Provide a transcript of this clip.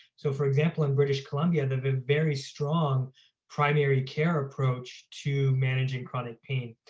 so for example, in british columbia they have a very strong primary care approach to managing chronic pain,